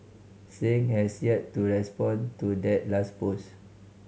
Singh has yet to respond to that last post